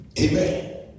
Amen